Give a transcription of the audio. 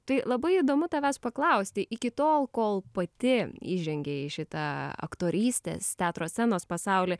tai labai įdomu tavęs paklausti iki tol kol pati įžengei į šitą aktorystės teatro scenos pasaulį